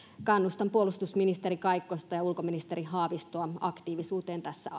kannustan puolustusministeri kaikkosta ja ulkoministeri haavistoa aktiivisuuteen tässä